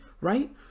right